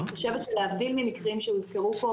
אני חושבת שלהבדיל ממקרים שהוזכרו פה,